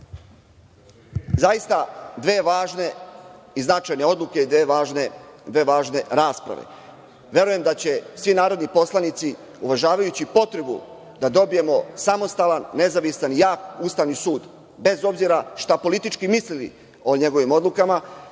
dve važne i značajne odluke i dve važne rasprave. Verujem da će svi narodni poslanici, uvažavajući potrebu da dobijemo samostalan, nezavisan i jak Ustavni sud, bez obzira šta politički mislili o njegovim odlukama,